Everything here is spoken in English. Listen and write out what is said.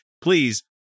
please